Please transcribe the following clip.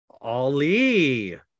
Ali